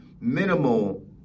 minimal